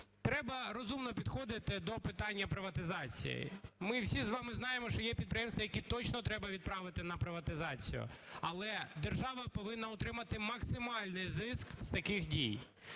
Треба розумно підходити до питання приватизації, ми всі з вами знаємо, що є підприємства, які точно треба відправити на приватизацію, але держава повинна отримати максимальний зиск з таких дій.